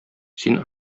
син